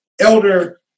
Elder